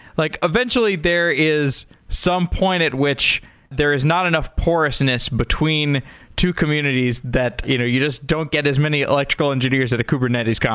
like eventually, there is some point at which there is not enough porousness between two communities that either you know you just don't get as many electrical engineers at a kubernetes um